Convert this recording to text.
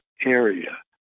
area